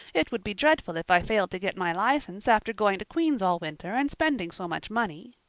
it would be dreadful if i failed to get my license after going to queen's all winter and spending so much money.